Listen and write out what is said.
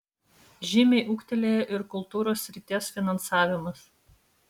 žymiai ūgtelėjo ir kultūros srities finansavimas